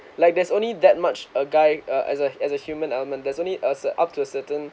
like there's only that much a guy uh as a as a human element there's only us up to a certain